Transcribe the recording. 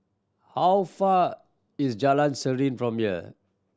how far is Jalan Serene from here